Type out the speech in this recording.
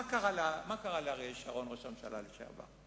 מה קרה לאריאל שרון, ראש הממשלה לשעבר?